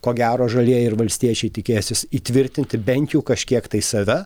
ko gero žalieji ir valstiečiai tikėsis įtvirtinti bent jau kažkiek tai save